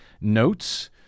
notes